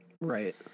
right